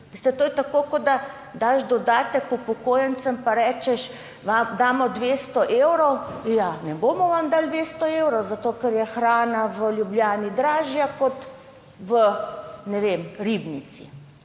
to je tako, kot da daš dodatek upokojencem in rečeš, damo vam 200 evrov, ja, ne bomo vam dali 200 evrov, zato ker je hrana v Ljubljani dražja kot, ne vem, v Ribnici.